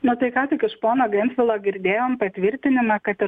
na tai ką tik iš pono gentvilo girdėjom patvirtinimą kad ir